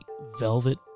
velvet